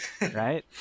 Right